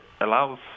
allows